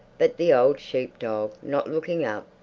but the old sheep-dog, not looking up,